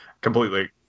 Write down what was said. Completely